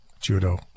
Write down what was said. judo